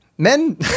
Men